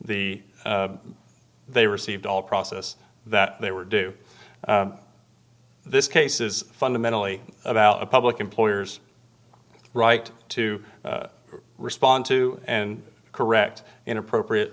the they received all process that they were due this case is fundamentally about a public employers right to respond to and correct inappropriate